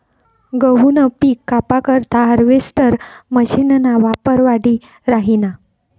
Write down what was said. गहूनं पिक कापा करता हार्वेस्टर मशीनना वापर वाढी राहिना